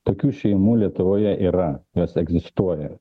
tokių šeimų lietuvoje yra jos egzistuoja